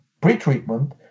pre-treatment